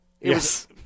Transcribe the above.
Yes